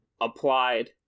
applied